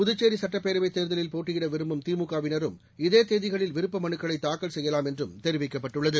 புதுச்சேரி சட்டப்பேரவைத் தேர்தலில் போட்டியிட விரும்பும் திமுகவினரும் இதே தேதிகளில் விருப்ப மனுக்களை தாக்கல் செய்யலாம் என்றும் தெரிவிக்கப்பட்டுள்ளது